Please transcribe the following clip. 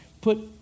put